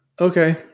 Okay